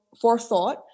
forethought